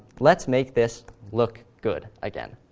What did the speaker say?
let's make this look good again.